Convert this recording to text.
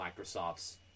Microsoft's